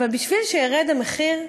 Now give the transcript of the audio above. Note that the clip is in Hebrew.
כדי שירד המחיר,